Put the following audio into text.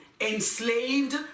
enslaved